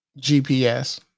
GPS